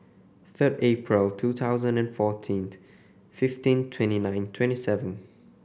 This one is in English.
third April two thousand and fourteen fifteen twenty nine twenty seven